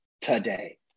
today